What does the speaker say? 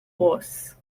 horse